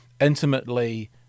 intimately